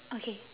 okay